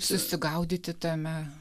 susigaudyti tame